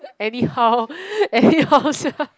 anyhow anyhow sia